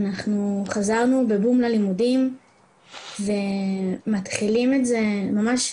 אנחנו חזרנו בבום ללימודים ומתחילים את זה ממש,